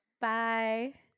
Bye